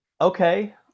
Okay